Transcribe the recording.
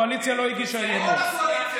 בקואליציה כולם פה,